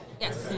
Yes